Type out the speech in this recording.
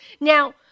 Now